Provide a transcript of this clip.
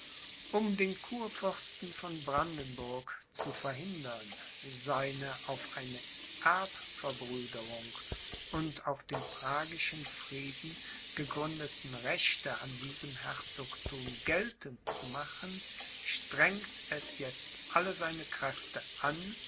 um den kurfürsten von brandenburg zu verhindern seine auf eine erbverbrüderung und auf den pragischen frieden gegründeten rechte an dieses herzogthum geltend zu machen strengt es jetzt alle seine kräfte an